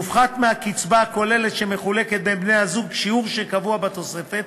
יופחת מהקצבה הכוללת שמחולקת בין בני-הזוג שיעור שקבוע בתוספת,